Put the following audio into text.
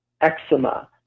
eczema